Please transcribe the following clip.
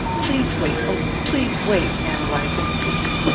please wait oh, please wait, ann eliza insisted.